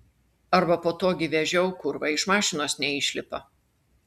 arba po to gi vežiau kurva iš mašinos neišlipa